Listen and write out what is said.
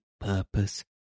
Purpose